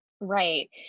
Right